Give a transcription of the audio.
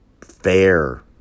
fair